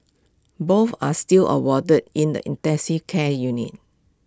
both are still awarded in the intensive care unit